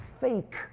fake